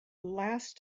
last